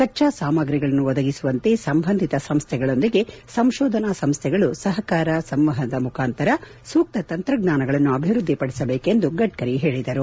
ಕಚ್ಚಾ ಸಾಮಗ್ರಿಗಳನ್ನು ಒದಗಿಸುವಂತೆ ಸಂಬಂಧಿತ ಸಂಸ್ಥೆಗಳೊಂದಿಗೆ ಸಂಶೋಧನಾ ಸಂಸ್ಥೆಗಳು ಸಹಕಾರ ಸಂವಹನ ಮುಖಾಂತರ ಸೂಕ್ತ ತಂತ್ರಜ್ವಾನಗಳನ್ನು ಅಭಿವೃದ್ದಿ ಪಡಿಸಬೇಕೆಂದು ಗಡ್ಡರಿ ಹೇಳದರು